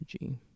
energy